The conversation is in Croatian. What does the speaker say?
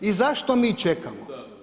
I zašto mi čekamo.